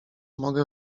mogę